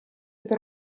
per